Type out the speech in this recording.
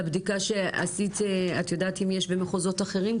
והבדיקה שעשית, את יודעת אם יש במחוזות אחרים?